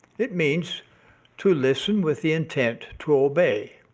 it means to listen with the intent to obey.